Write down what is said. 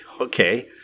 okay